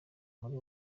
muri